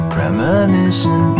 Premonition